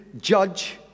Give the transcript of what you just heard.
judge